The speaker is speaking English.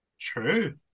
true